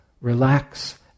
relax